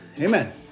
Amen